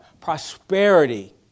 prosperity